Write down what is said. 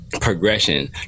progression